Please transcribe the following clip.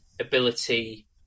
ability